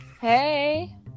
hey